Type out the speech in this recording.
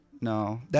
No